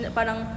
parang